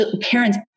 parents